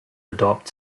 adopt